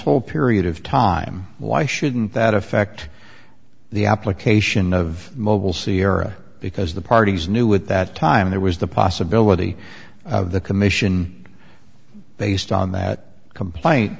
whole period of time why shouldn't that affect the application of mobile ciera because the parties knew at that time there was the possibility of the commission based on that complain